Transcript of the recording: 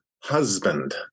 husband